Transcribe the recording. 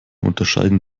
unterscheiden